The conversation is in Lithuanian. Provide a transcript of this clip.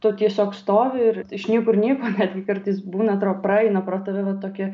tu tiesiog stovi ir iš niekur nieko netgi kartais būna atrodo praeina pro tave va tokia